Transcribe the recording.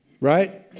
Right